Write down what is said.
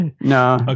No